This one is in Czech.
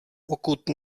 pokud